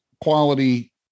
quality